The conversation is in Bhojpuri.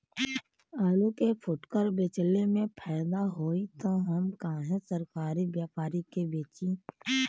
आलू के फूटकर बेंचले मे फैदा होई त हम काहे सरकारी व्यपरी के बेंचि?